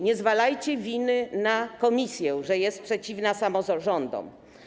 Nie zwalajcie winy na Komisję, że jest przeciwna samorządom.